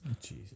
Jesus